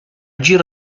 giro